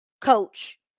coach